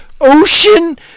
ocean